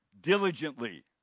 diligently